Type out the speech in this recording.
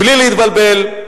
בלי להתבלבל,